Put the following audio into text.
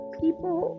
people